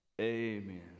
amen